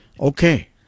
okay